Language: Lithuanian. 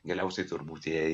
galiausiai turbūt jai